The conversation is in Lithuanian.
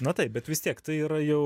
na taip bet vis tiek tai yra jau